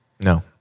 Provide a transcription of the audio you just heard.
No